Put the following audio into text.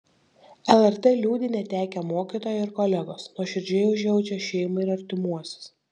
lrt liūdi netekę mokytojo ir kolegos nuoširdžiai užjaučia šeimą ir artimuosius